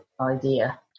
idea